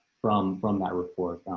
from from that report.